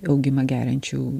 augimą geriančių